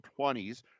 20s